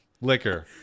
Liquor